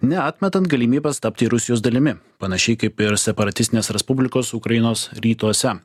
neatmetant galimybės tapti rusijos dalimi panašiai kaip ir separatistinės respublikos ukrainos rytuose